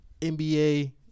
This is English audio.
NBA